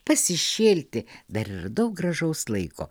pasišėlti dar yra daug gražaus laiko